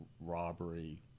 robbery